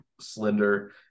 slender